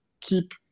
keep